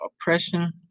oppression